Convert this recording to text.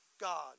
God